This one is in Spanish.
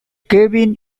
kevin